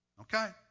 Okay